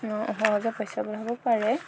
সহজে পইচা পঠাব পাৰে